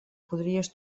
podries